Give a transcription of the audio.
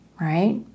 Right